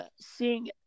Seeing